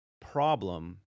problem